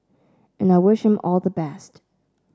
and I wish him all the best